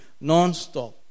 non-stop